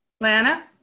Lana